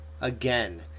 again